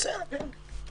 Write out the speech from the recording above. בסדר, כן.